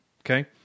okay